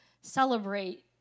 celebrate